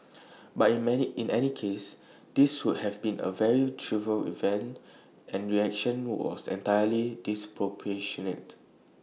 but in many in any case this would have been A very trivial event and reaction was entirely disproportionate